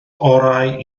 orau